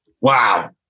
Wow